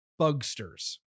bugsters